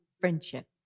friendship